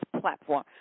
platform